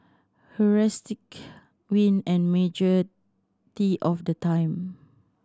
heuristic win and majority of the time